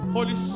Holy